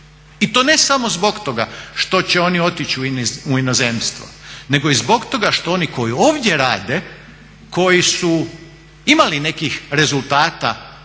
i to ne samo zbog toga što će oni otići u inozemstvo, nego i zbog toga što oni koji ovdje rade, koji su imali nekih rezultata